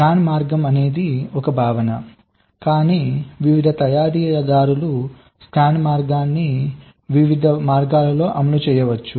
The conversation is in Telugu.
స్కాన్ మార్గం అనేది ఒక భావన కానీ వివిధ తయారీదారులు స్కాన్ మార్గాన్ని వివిధ మార్గాల్లో అమలు చేయవచ్చు